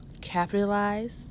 capitalize